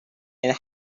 and